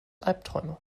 albträume